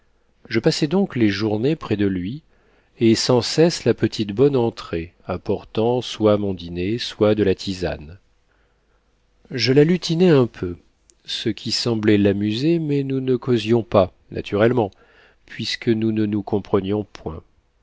je passais donc les journées près de lui et sans cesse la petite bonne entrait apportant soit mon dîner soit de la tisane je la lutinais un peu ce qui semblait l'amuser mais nous ne causions pas naturellement puisque nous ne nous comprenions point